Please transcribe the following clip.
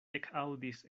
ekaŭdis